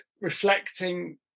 reflecting